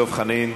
דב חנין,